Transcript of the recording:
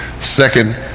Second